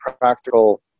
practical